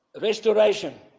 restoration